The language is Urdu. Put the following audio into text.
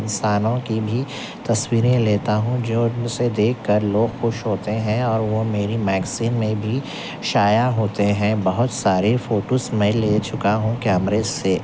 انسانوں کی بھی تصویریں لیتا ہوں جو اسے دیکھ کر لوگ خوش ہوتے ہیں اور وہ میری میگزین میں بھی شائع ہوتے ہیں بہت ساری فوٹوس میں لے چکا ہوں کیمرے سے